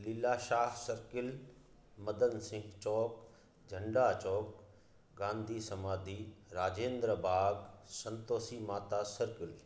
Lilashah circle Madan Singh चौक झंडा चौक गांधी समाधि राजेंद्र भाग संतोषी माता सर्किल